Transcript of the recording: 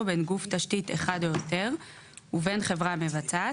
בין גוף תשתית אחד או יותר ובין חברה מבצעת,